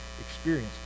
experience